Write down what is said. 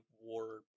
war